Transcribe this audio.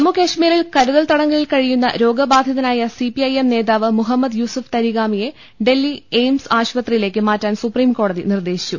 ജമ്മു കശ്മീരിൽ കരുതൽ തടങ്കലിൽ കഴിയുന്ന് രോഗബാധി തനായ സിപിഐഎം നേതാവ് മുഹമ്മദ് യൂസഫ് തരിഗാമിയെ ഡൽഹി എയിംസ് ആശുപത്രിയിലേക്ക് മാറ്റാൻ സുപ്രീംകോടതി നിർദേശിച്ചു